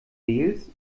wales